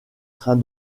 train